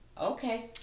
Okay